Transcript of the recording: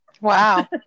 Wow